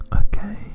Okay